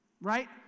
Right